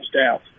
staff